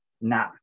nah